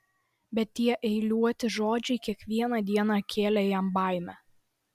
bet tie eiliuoti žodžiai kiekvieną dieną kėlė jam baimę